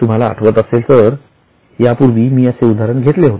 तुम्हाला आठवत असेल तर यापूर्वी मी असे उदाहरण घेतले होते